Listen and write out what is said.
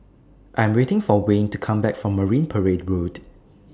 I'm waiting For Wayne to Come Back from Marine Parade Road